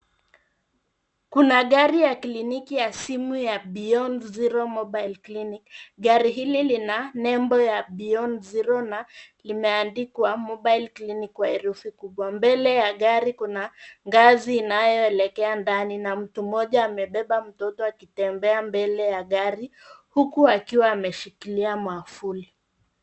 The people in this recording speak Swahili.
Kuna gari ya kliniki ya simu ya Beyond Zero Mobile Clinic . Gari hili lina nembo ya Beyond Zero na limeandikwa MOBILE CLINIC kwa herufi kubwa. Mbele ya gari kuna ngazi inayoelekea ndani. Na mtu mmoja amebeba mtoto akitembea mbele ya gari huku akiwa ameshikilia mwavuli.